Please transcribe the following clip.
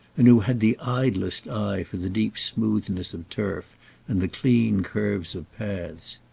and who had the idlest eye for the deep smoothness of turf and the clean curves of paths.